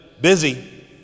Busy